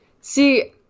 See